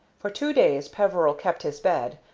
for two days peveril kept his bed,